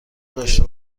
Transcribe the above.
داشته